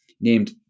named